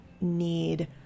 need